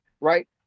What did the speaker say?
right